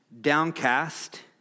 downcast